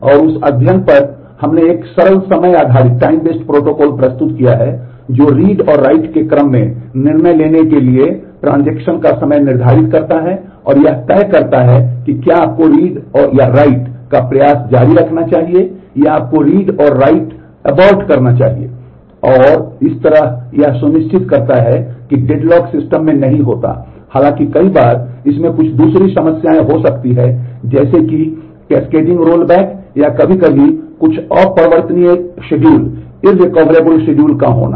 और उस अध्ययन पर हमने एक सरल समय आधारित होना